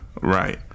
right